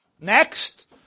Next